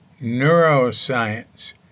Neuroscience